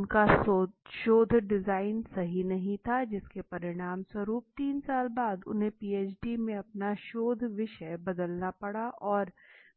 उनका शोध डिजाइन सही नहीं था जिसके परिणामस्वरूप 3 साल बाद उन्हें पीएचडी में अपना शोध विषय बदलना पड़ा और